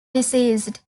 deceased